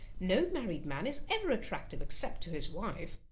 no married man is ever attractive except to his wife.